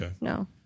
no